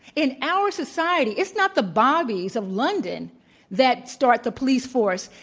in our society, it's not the bobbies of london that start the police force.